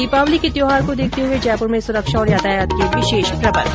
दीपावली के त्यौहार को देखते हुए जयपुर में सुरक्षा और यातायात के विशेष प्रबंध